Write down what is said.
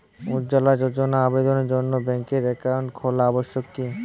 উজ্জ্বলা যোজনার আবেদনের জন্য ব্যাঙ্কে অ্যাকাউন্ট খোলা আবশ্যক কি?